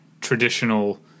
traditional